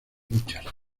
muchas